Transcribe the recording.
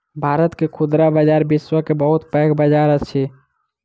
भारत के खुदरा बजार विश्व के बहुत पैघ बजार अछि